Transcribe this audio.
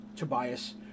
Tobias